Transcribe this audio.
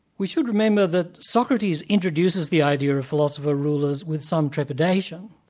we should remember that socrates introduces the idea of philosopher rulers with some trepidation.